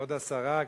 מי זה?